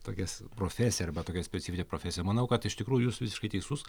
tokias profesija arba tokia specifinė profesija manau kad iš tikrųjų jūs visiškai teisus